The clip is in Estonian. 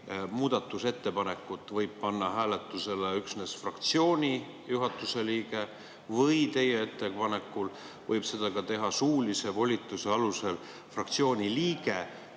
muudatusettepanekut panna hääletusele üksnes fraktsiooni juhatuse liige või teie ettepanekul võib seda teha suulise volituse alusel ka fraktsiooni liige,